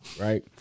right